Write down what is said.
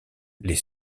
les